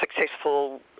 successful